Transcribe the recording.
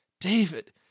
David